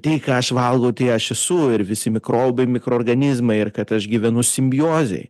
tai ką aš valgau tai aš esu ir visi mikrobai mikroorganizmai ir kad aš gyvenu simbiozėj